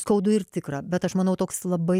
skaudu ir tikra bet aš manau toks labai